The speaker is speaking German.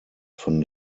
von